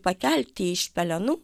pakelti iš pelenų